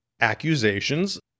accusations